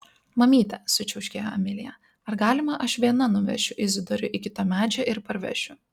mamyte sučiauškėjo emilija ar galima aš viena nuvešiu izidorių iki to medžio ir parvešiu